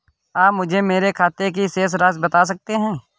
आप मुझे मेरे खाते की शेष राशि बता सकते हैं?